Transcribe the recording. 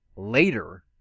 Later